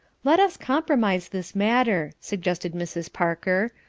let us compromise this matter, suggested mrs. parker.